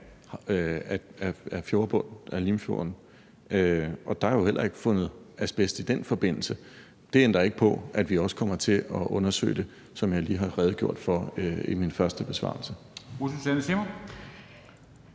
af fjordbunden i Limfjorden, og der er jo heller ikke fundet asbest i den forbindelse. Det ændrer ikke på, at vi også kommer til at undersøge det, som jeg lige har redegjort for i min første besvarelse.